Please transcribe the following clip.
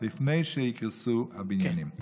לפני שיקרסו הבניינים.